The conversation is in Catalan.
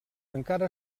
encara